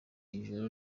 ijoro